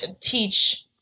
teach